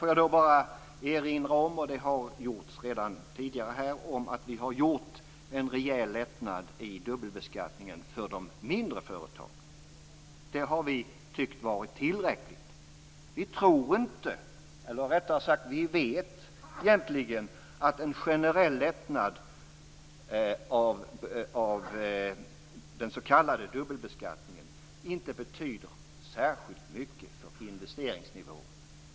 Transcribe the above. Får jag då bara erinra om - och det har gjorts redan tidigare här - att vi har gjort en rejäl lättnad i dubbelbeskattningen för de mindre företagen. Det har vi tyckt varit tillräckligt. Vi tror inte - eller rättare sagt, vi vet egentligen - att en generell lättnad av den s.k. dubbelbeskattningen inte betyder särskilt mycket för investeringsnivån.